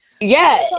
Yes